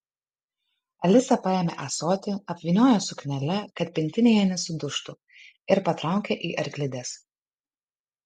alisa paėmė ąsotį apvyniojo suknele kad pintinėje nesudužtų ir patraukė į arklides